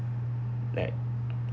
like